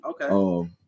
okay